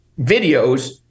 videos